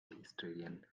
australian